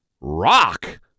rock